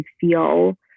feel